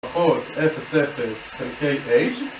עוד, 0 0 חלקי H